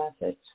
message